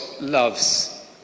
loves